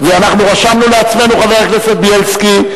חבר הכנסת בילסקי,